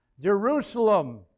Jerusalem